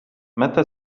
متى